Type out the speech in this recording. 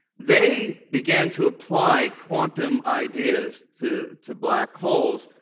they began to apply quantum ideas to to black holes,